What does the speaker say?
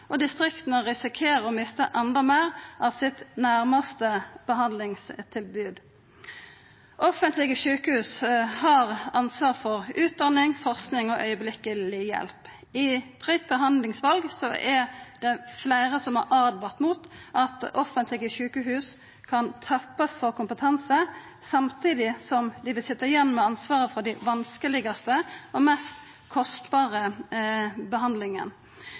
og distrikta risikerer å mista endå meir av sitt nærmaste behandlingstilbod. Offentlege sjukehus har ansvar for utdanning, forsking og strakshjelp. Når det gjeld fritt behandlingsval, er det fleire som har åtvara mot at offentlege sjukehus kan tappast for kompetanse, samtidig som dei vil sitja igjen med ansvaret for dei vanskelegaste og mest kostbare